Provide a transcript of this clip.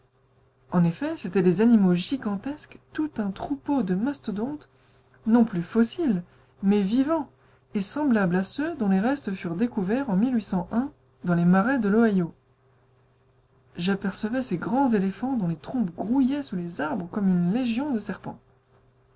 en effet c'étaient des animaux gigantesques tout un troupeau de mastodontes non plus fossiles mais vivants et semblables à ceux dont les restes furent découverts en dans les marais de l'ohio j'apercevais ces grands éléphants dont les trompes grouillaient sous les arbres comme une légion de serpents